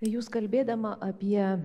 jūs kalbėdama apie